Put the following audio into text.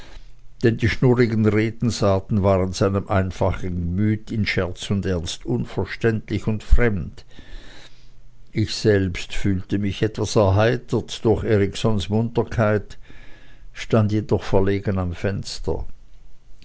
denn die schnurrigen redensarten waren seinem einfachen gemüt in scherz und ernst unverständlich und fremd ich selbst fühlte mich etwas erheitert durch eriksons munterkeit stand jedoch verlegen am fenster